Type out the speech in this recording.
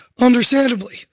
Understandably